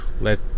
let